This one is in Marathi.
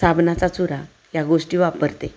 साबणाचा चुरा या गोष्टी वापरते